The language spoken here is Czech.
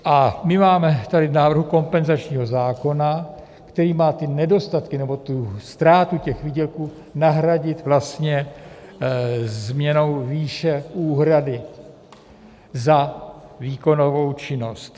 A my máme tady v návrhu kompenzačního zákona, který má ty nedostatky nebo tu ztrátu těch výdělků nahradit vlastně změnou výše úhrady za výkonovou činnost.